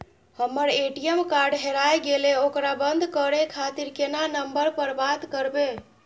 हमर ATM card हेराय गेले ओकरा बंद करे खातिर केना नंबर पर बात करबे?